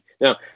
Now